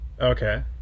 Okay